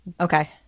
okay